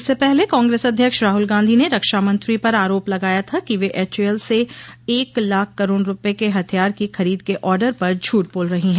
इससे पहले कांग्रेस अध्यक्ष राहुल गांधी ने रक्षामंत्री पर आरोप लगाया था कि वे एच ए एल से एक लाख करोड़ रूपए के हथियारों की खरीद के आर्डर पर झूठ बोल रही हैं